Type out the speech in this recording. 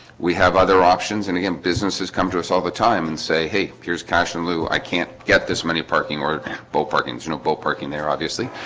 we have other options and businesses come to us all the time and say hey, here's cash in lieu i can't get this many parking or both parking is, you know boat parking there. obviously,